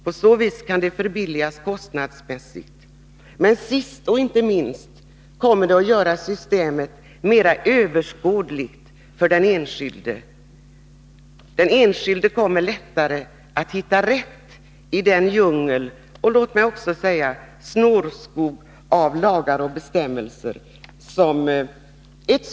På så vis kan det bli ett förbilligande, men inte minst kommer det att göra systemet mer överskådligt för den enskilde. Den enskilde kommer lättare att hitta rätt i den djungel, låt mig också säga snårskog, av lagar och bestämmelser som finns.